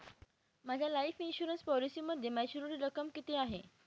माझ्या life insurance पॉलिसीमध्ये maturity रक्कम किती आहे?